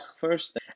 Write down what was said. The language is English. first